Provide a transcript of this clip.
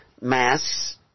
masks